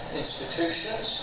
institutions